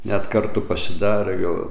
net kartu pasidarė gal